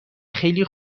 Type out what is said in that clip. خیلی